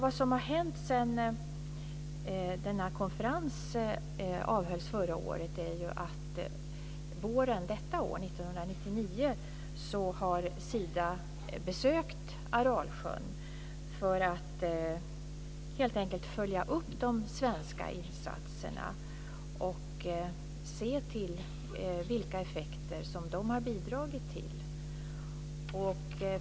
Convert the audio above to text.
Vad som har hänt sedan denna konferens avhölls förra året är att Sida våren detta år, 1999, har besökt Aralsjön för att helt enkelt följa upp de svenska insatserna och se vilka effekter som de har bidragit till.